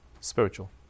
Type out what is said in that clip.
spiritual